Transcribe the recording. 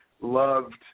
loved